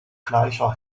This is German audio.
gleicher